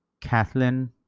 Kathleen